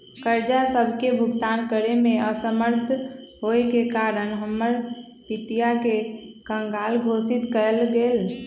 कर्जा सभके भुगतान करेमे असमर्थ होयेके कारण हमर पितिया के कँगाल घोषित कएल गेल